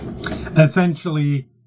Essentially